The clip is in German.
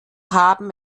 haben